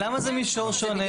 למה זה מישור שונה?